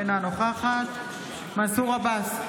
אינה נוכחת מנסור עבאס,